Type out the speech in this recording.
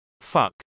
Fuck